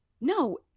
no